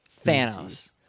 Thanos